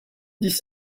this